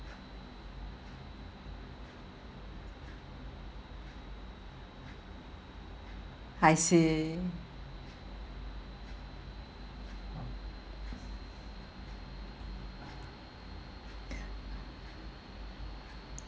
I see